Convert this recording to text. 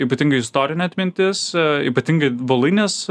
ypatingai istorinė atmintis ypatingai voluinės